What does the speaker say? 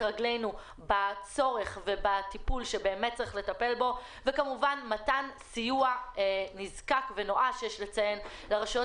רגלינו בצורך ובטיפול שבאמת צריך לטפל וכמובן מתן סיוע נזקק ונואש לרשויות